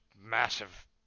massive